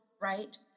right